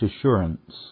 assurance